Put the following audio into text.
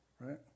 right